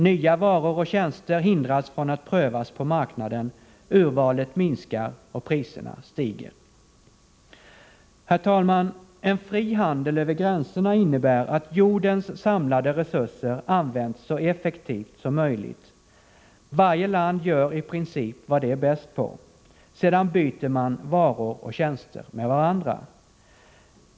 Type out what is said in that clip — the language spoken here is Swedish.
Nya varor och tjänster hindras från att prövas på marknaden, urvalet minskar och priserna stiger. Herr talman! En fri handel över gränserna innebär att jordens samlade resurser används så effektivt som möjligt. Varje land gör i princip vad det är bäst på. Sedan byter man varor och tjänster med varandra.